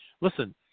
Listen